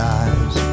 eyes